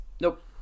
Nope